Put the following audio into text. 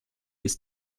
ist